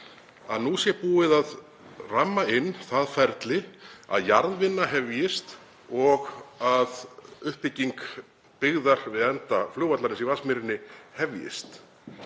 að nú sé búið að ramma inn það ferli að jarðvinna hefjist og að uppbygging byggðar við enda flugvallarins í Vatnsmýrinni hefjist.